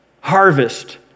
harvest